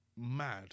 mad